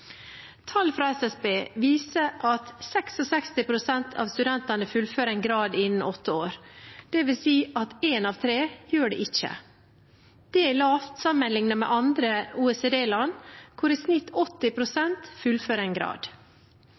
Tall fra SSB viser at 66 pst. av studentene fullfører en grad innen åtte år, dvs. at én av tre ikke gjør det. Det er lavt sammenliknet med andre OECD-land, hvor i snitt 80 pst. fullfører en grad.